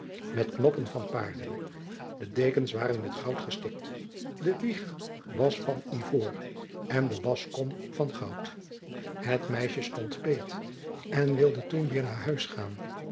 met knoppen van paarlen de dekens waren met goud gestikt de wieg was van ivoor en de waschkom van goud het meisje stond peet en wilde toen weêr naar huis gaan